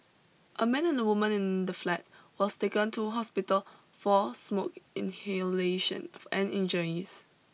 a man and a woman in the flat was taken to hospital for smoke inhalation of and injuries